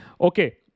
Okay